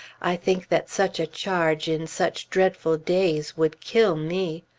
i think that such a charge, in such dreadful days, would kill me.